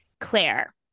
Claire